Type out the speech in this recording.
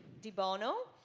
debono.